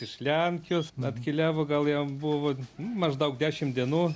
iš lenkijos atkeliavo gal jam buvo maždaug dešim dienų